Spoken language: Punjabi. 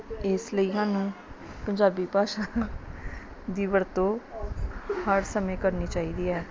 ਇਸ ਲਈ ਸਾਨੂੰ ਪੰਜਾਬੀ ਭਾਸ਼ਾ ਦੀ ਵਰਤੋਂ ਹਰ ਸਮੇਂ ਕਰਨੀ ਚਾਹੀਦੀ ਹੈ